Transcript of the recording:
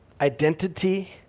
identity